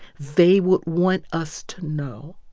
they would want us to know